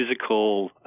physical